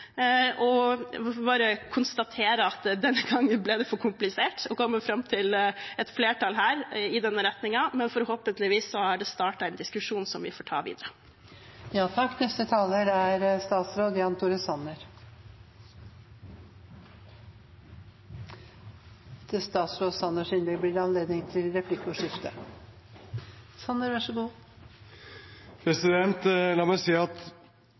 bare konstatere at denne gangen ble det for komplisert å komme fram til et flertall her i denne retningen, men forhåpentligvis har det startet en diskusjon som vi får ta videre. La meg si at jeg mener dette er